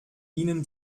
ihnen